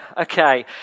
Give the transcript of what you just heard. okay